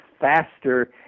faster